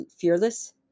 fearless